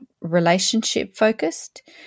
relationship-focused